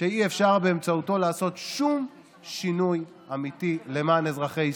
שאי-אפשר באמצעותו לעשות שום שינוי אמיתי למען אזרחי ישראל.